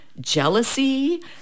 jealousy